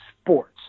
sports